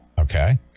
okay